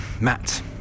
Matt